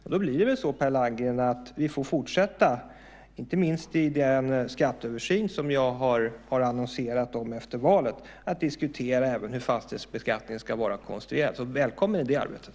Vi får väl fortsätta, i den skatteöversyn som jag har aviserat efter valet, att diskutera även hur fastighetsbeskattningen ska vara beskaffad. Välkommen i det arbetet.